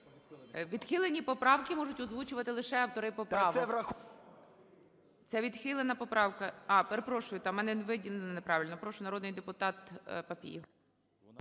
Відхилені поправки можуть озвучувати лише автори поправок.